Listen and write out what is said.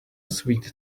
sweet